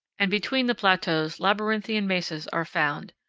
and between the plateaus labyrinthian mesas are found.